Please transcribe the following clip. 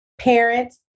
parents